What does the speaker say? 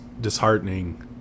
disheartening